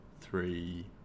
three